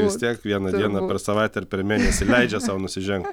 vistiek vieną dieną per savaitę ar per mėnesį leidžia sau nusiženg